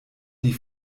die